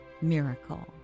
miracle